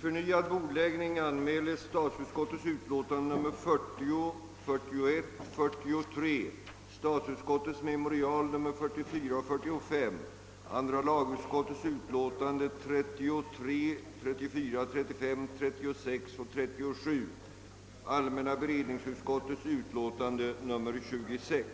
från Halland har med anlitande av expertis gjort en undersökning beträffande europaväg 6 genom länet. Av det framlagda materialet framgår att europaväg 6 med hänsyn till trafikbelastningen icke på långt när fyller kravet på vare sig framkomlighet elier trafiksäkerhet. Undersökningen har också rönt stor uppmärksamhet i såväl radio och TV som i pressen.